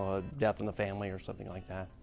a death in the family or something like that.